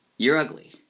you're ugly.